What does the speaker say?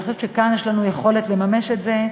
אני חושבת שכאן יש לנו יכולת לממש את זה,